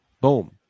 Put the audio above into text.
Boom